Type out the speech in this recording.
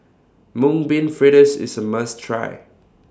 Mung Bean Fritters IS A must Try